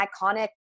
iconic